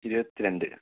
ഇരുപത്തിരണ്ട്